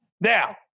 Now